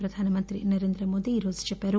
ప్రధాన మంత్రి నరేంద్ర మోదీ ఈరోజు చెప్పారు